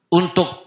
untuk